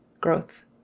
growth